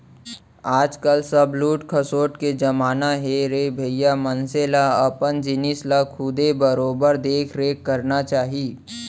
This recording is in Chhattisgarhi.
आज काल सब लूट खसोट के जमाना हे रे भइया मनसे ल अपन जिनिस ल खुदे बरोबर देख रेख करना चाही